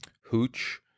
Hooch